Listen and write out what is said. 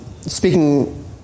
speaking